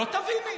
לא תביני.